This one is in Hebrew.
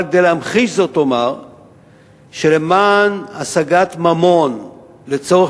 אבל כדי להמחיש זאת אומר שלמען השגת ממון לצורך